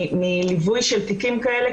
מליווי של תיקים כאלה,